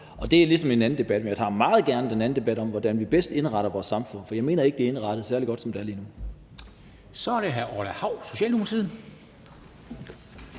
og det er ligesom en anden debat. Men jeg tager meget gerne den anden debat om, hvordan vi bedst indretter vores samfund, for jeg mener ikke, det er indrettet særlig godt, som det er lige nu. Kl. 15:20 Formanden (Henrik